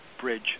bridge